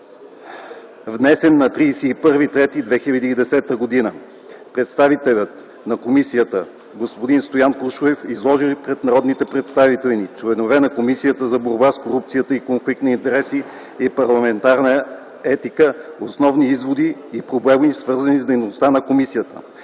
внесен на 31.03.2010 г. Председателят на комисията – проф. Стоян Кушлев, изложи пред народните представители – членове на Комисията за борба с корупцията и конфликт на интереси и парламентарна етика основните изводи и проблеми, свързани с дейността на комисията